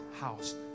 house